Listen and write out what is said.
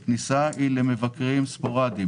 הכניסה היא למבקרים ספורדיים.